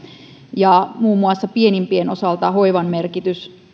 pienimpien osalta muun muassa hoivan merkitys